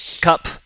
cup